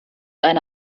eine